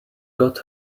got